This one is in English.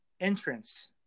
entrance